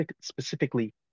specifically